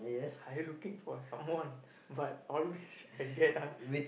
I looking for someone but always I get ah